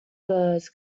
birds